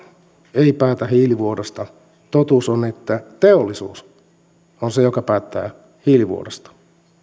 ei päätä hiilivuodosta totuus on että teollisuus on se joka päättää hiilivuodosta